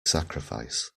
sacrifice